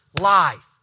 life